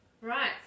Right